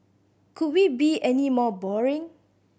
could we be any more boring